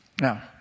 Now